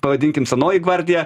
pavadinkim senoji gvardija